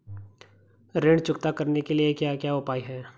ऋण चुकता करने के क्या क्या उपाय हैं?